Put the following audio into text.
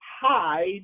hide